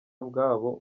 bwabo